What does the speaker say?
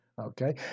okay